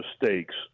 mistakes